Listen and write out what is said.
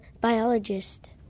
biologist